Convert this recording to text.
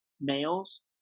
males